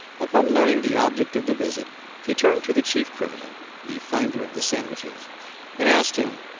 upon learning the object of the visit he turned to the chief criminal the finder of the sandwiches and asked him,